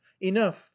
enough